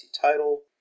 title